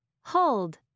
hold